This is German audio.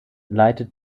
leitete